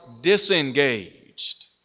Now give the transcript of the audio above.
disengaged